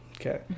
okay